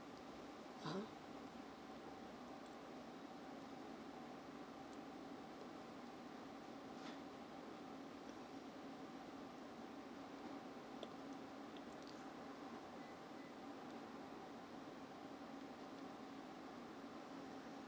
(uh huh)